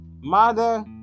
mother